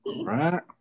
Right